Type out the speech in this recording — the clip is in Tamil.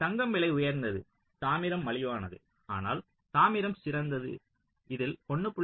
தங்கம் விலை உயர்ந்தது தாமிரம் மலிவானது ஆனால் தாமிரம் சிறந்தது இதில் 1